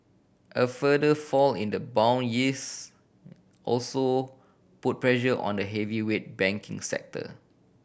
a further fall in the bond yields also put pressure on the heavyweight banking sector